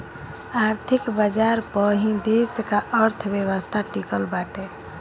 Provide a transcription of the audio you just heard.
आर्थिक बाजार पअ ही देस का अर्थव्यवस्था टिकल बाटे